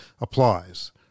applies